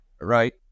right